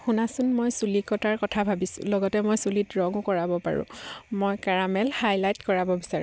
শুনাচোন মই চুলি কটাৰ কথা ভাবিছোঁ লগতে মই চুলিত ৰঙো কৰাব পাৰোঁ মই কেৰামেল হাইলাইট কৰাব বিচাৰোঁ